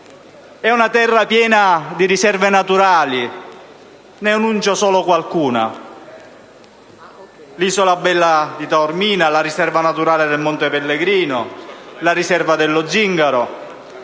È una terra piena di riserve naturali. Ne elenco solo qualcuna: l'Isola Bella di Taormina, la riserva naturale del Monte Pellegrino, la riserva dello Zingaro,